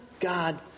God